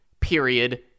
period